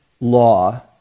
law